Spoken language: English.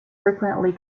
frequently